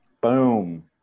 Boom